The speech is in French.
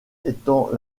étant